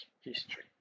history